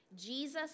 Jesus